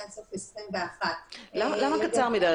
עד סוף 2021. למה קצר מדי?